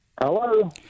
Hello